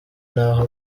n’aho